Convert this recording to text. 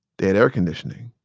they had air conditioning,